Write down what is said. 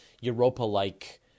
Europa-like